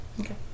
okay